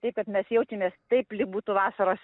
taip kad mes jaučiamės taip lyg būtų vasaros